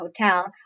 Hotel